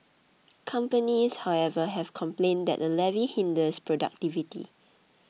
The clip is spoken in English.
companies however have complained that the levy hinders productivity